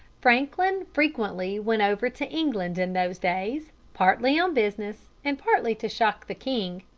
franklin frequently went over to england in those days, partly on business and partly to shock the king.